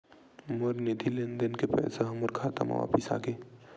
मोर निधि लेन देन के पैसा हा मोर खाता मा वापिस आ गे